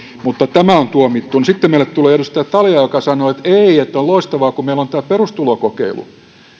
mutta tämä on tuomittu sitten meille tulee edustaja talja joka sanoo että ei että on loistavaa kun meillä on tämä perustulokokeilu